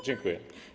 Dziękuję.